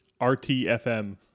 RTFM